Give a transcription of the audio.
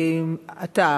שאתה,